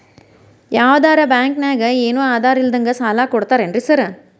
ಯಾವದರಾ ಬ್ಯಾಂಕ್ ನಾಗ ಏನು ಆಧಾರ್ ಇಲ್ದಂಗನೆ ಸಾಲ ಕೊಡ್ತಾರೆನ್ರಿ ಸಾರ್?